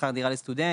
שכר דירה לסטודנט,